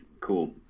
cool